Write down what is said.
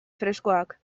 freskoak